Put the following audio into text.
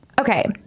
Okay